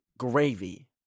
Gravy